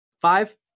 five